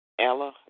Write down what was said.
Ella